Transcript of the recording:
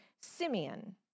Simeon